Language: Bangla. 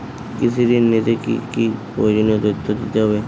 কৃষি ঋণ নিতে কি কি প্রয়োজনীয় তথ্য দিতে হবে?